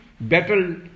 battle